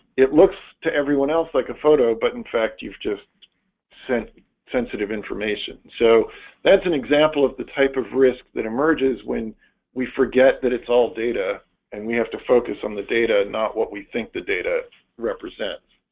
it looks to everyone else like a photo, but in fact you've just sent sensitive information so that's an example of the type of risk that emerges when we forget it's all data and we have to focus on the data and not what we think the data represents